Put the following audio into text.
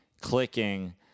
clicking